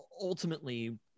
ultimately